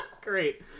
Great